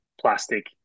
plastic